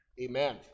Amen